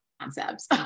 concepts